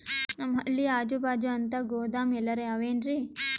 ನಮ್ ಹಳ್ಳಿ ಅಜುಬಾಜು ಅಂತ ಗೋದಾಮ ಎಲ್ಲರೆ ಅವೇನ್ರಿ?